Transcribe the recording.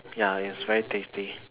ya it's very tasty